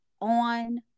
on